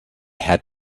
had